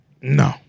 No